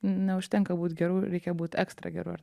neužtenka būt geru reikia būt ekstra geru ar